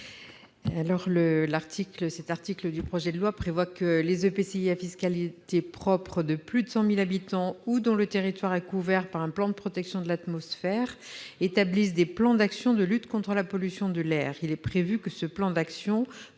Lamure. L'article 27 du projet de loi prévoit que les EPCI à fiscalité propre de plus de 100 000 habitants ou dont le territoire est couvert par un plan de protection de l'atmosphère établissent des plans d'action de lutte contre la pollution de l'air. Il est prévu que ce plan d'action